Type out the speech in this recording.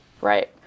Right